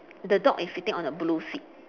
the dog is sitting on a blue seat